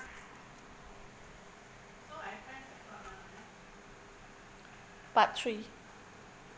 part three